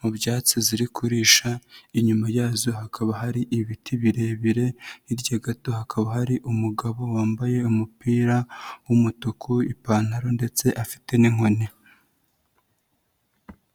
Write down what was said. mu byatsi ziri kurisha, inyuma yazo hakaba hari ibiti birebire, hirya gato hakaba hari umugabo wambaye umupira w'umutuku, ipantaro ndetse afite n'inkoni.